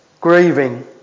grieving